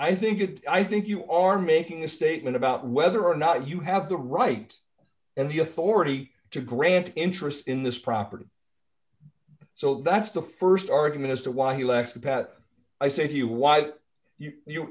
i think it i think you are making a statement about whether or not you have the right and the authority to grant interest in this property so that's the st argument as to why he left pat i say to you why you